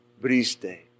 Briste